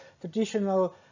traditional